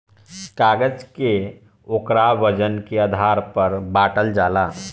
कागज के ओकरा वजन के आधार पर बाटल जाला